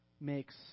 makes